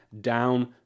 down